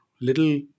little